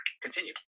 Continue